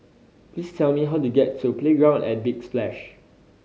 please tell me how to get to Playground at Big Splash